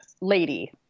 lady